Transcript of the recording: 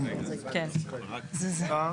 לקו תשתית תת-קרקעי מבנה שאינו ממוקם בים,